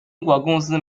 公司